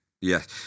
Yes